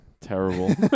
terrible